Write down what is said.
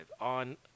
on